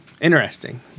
Interesting